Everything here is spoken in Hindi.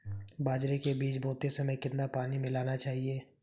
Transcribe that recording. बाजरे के बीज बोते समय कितना पानी मिलाना चाहिए?